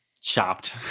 chopped